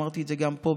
אמרתי את זה גם פה,